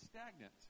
stagnant